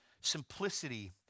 simplicity